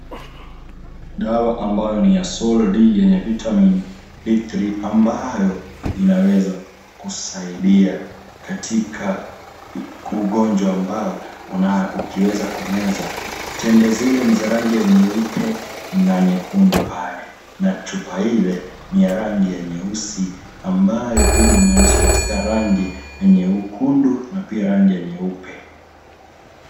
Dawa ambayo ni ya Sol-D yenye vitamin D3 ambayo inaweza kusaidia katika ugonjwa ambao unao ukiweza kumeza. Tembe zile ni za rangi ya nyeupe na nyekundu pale na chupa ile ni ya rangi ya nyeusi ambayo pia ina maandishi pia katika rangi yenye ukundu na pia rangi nyeupe.